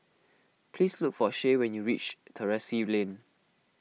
please look for Shay when you reach Terrasse Lane